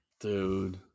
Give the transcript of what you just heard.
Dude